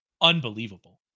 unbelievable